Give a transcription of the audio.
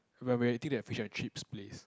when we're eating that fish and chips place